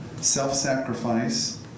self-sacrifice